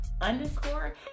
underscore